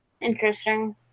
Interesting